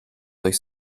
durch